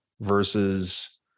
versus